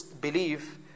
believe